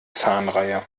zahnreihe